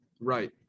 Right